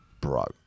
bro